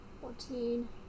fourteen